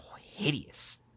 hideous